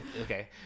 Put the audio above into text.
Okay